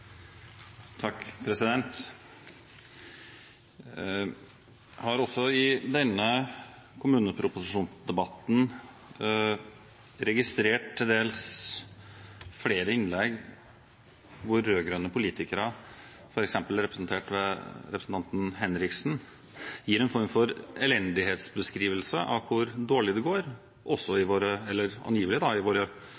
har også i denne kommuneproposisjonsdebatten registrert flere innlegg hvor rød-grønne politikere, f.eks. representert ved representanten Martin Henriksen, gir en form for elendighetsbeskrivelse av hvor dårlig det angivelig går i